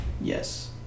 yes